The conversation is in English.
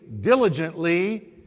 diligently